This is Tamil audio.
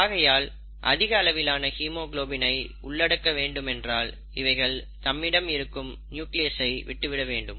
ஆகையால் அதிக அளவான ஹீமோகுளோபினை உள்ளடக்க வேண்டுமென்றால் இவைகள் தம்மிடம் இருக்கும் நியூக்லியஸ் ஐ விட்டுவிட வேண்டும்